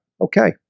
Okay